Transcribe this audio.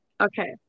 okay